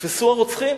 נתפסו הרוצחים,